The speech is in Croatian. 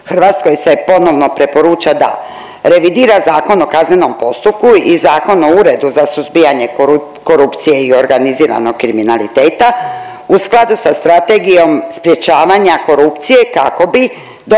Hrvatskoj se ponovno preporuča da revidira Zakon o kaznenom postupku i Zakon o Uredu za suzbijanje korupcije i organiziranog kriminaliteta u skladu sa strategijom sprječavanja korupcije kako bi dodatno